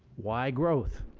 why growth?